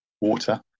water